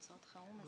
זה